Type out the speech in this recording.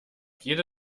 jede